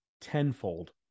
tenfold